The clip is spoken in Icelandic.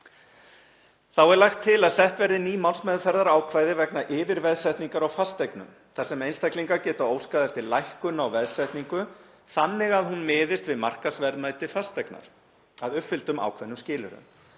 Þá er lagt til að sett verði ný málsmeðferðarákvæði vegna yfirveðsetningar á fasteignum, þar sem einstaklingar geta óskað eftir lækkun á veðsetningu þannig að hún miðist við markaðsverðmæti fasteignar, að uppfylltum ákveðnum skilyrðum.